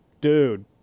Dude